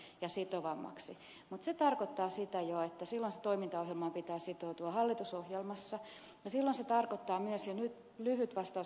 mutta se tarkoittaa sitä jo että silloin siihen toimintaohjelmaan pitää sitoutua hallitusohjelmassa ja silloin se tarkoittaa myös ja nyt lyhyt vastaus ed